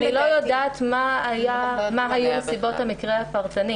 אני לא יודעת מה היו נסיבות המקרה הפרטני